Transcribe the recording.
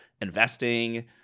investing